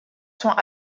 sont